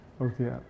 Okay